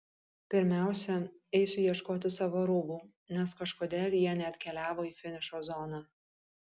pirmiausia eisiu ieškoti savo rūbų nes kažkodėl jie neatkeliavo į finišo zoną